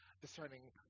discerning